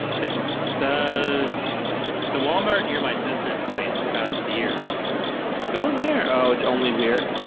think the the walmart near my sister's place has beer but just go in there. oh, it's only beer.